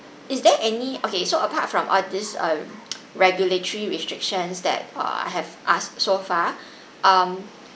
is there any okay so apart from all these err regulatory restrictions that err I have asked so far um